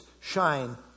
shine